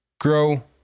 grow